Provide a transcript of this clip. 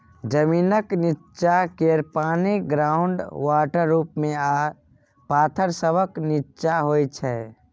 जमीनक नींच्चाँ केर पानि ग्राउंड वाटर रुप मे आ पाथर सभक नींच्चाँ होइ छै